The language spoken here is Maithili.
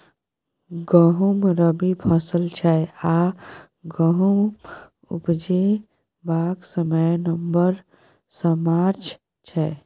गहुँम रबी फसल छै आ गहुम उपजेबाक समय नबंबर सँ मार्च छै